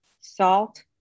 salt